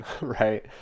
right